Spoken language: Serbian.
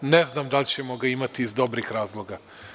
Ne znam da li ćemo ga imati iz dobrih razloga.